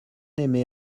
aimé